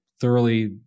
Thoroughly